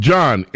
John